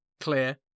clear